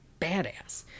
badass